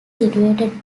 situated